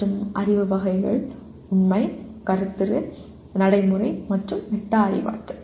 மற்றும் அறிவு வகைகள் உண்மை கருத்துரு நடைமுறை மற்றும் மெட்டா அறிவாற்றல்